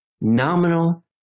nominal